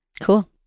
Cool